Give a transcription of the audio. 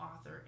author